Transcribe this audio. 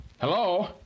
Hello